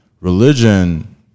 Religion